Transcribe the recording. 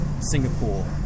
Singapore